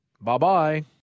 Bye-bye